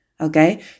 Okay